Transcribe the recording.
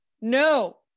no